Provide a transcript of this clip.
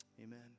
Amen